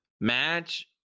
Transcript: match